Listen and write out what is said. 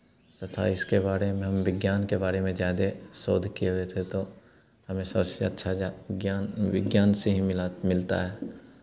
तथा इसके बारे में हम विज्ञान के बारे में ज़्यादे शोध किये हुए थे तो हमें सबसे अच्छा ज्ञान विज्ञान विज्ञान से ही मिला मिलता है